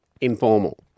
informal